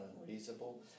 unreasonable